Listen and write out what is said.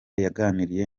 yaganiriye